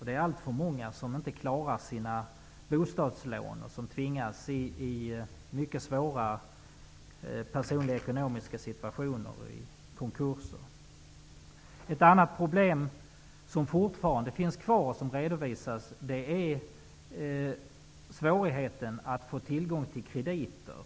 Det är alltför många som inte klarar sina bostadslån och som tvingas in i personligt mycket svåra ekonomiska situationer, t.ex. vid konkurser. Ett annat problem som fortfarande finns kvar är svårigheten att få tillgång till krediter.